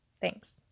Thanks